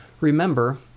Remember